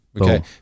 okay